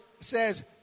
says